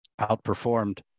outperformed